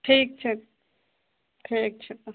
ठीक छै ठीक छै तऽ